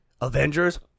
Avengers